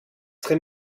très